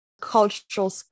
cultural